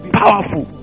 powerful